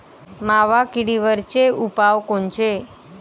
मावा किडीवरचे उपाव कोनचे?